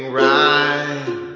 right